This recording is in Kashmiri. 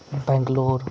بینٛگلور